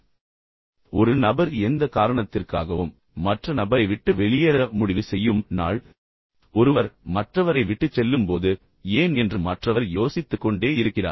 இப்போது அவை முழுமையடையாமல் உள்ளன ஒரு நபர் எந்த காரணத்திற்காகவும் மற்ற நபரை விட்டு வெளியேற முடிவு செய்யும் நாள் ஒருவர் மற்றவரை விட்டுச் செல்லும்போது ஏன் என்று மற்றவர் யோசித்துக்கொண்டே இருக்கிறார்